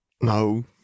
No